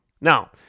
Now